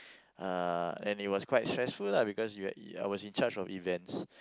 uh and it was quite stressful lah because you had it I was in charge of events